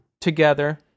together